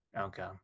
Okay